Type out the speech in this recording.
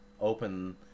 open